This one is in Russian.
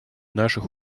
наших